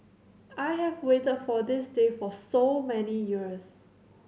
I have waited for this day for so many years